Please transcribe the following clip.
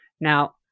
Now